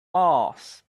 mass